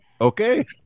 Okay